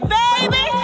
baby